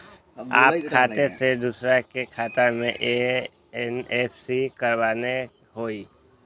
अपन खाते से दूसरा के खाता में एन.ई.एफ.टी करवावे के हई?